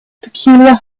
peculiar